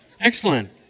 Excellent